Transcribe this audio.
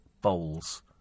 Bowls